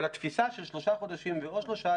אבל התפיסה של שלושה חודשים ועוד שלושה,